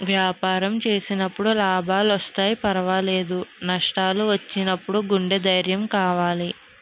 వ్యాపారం చేసేటప్పుడు లాభాలొస్తే పర్వాలేదు, నష్టాలు వచ్చినప్పుడు గుండె ధైర్యం కావాలి